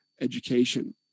education